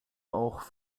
auch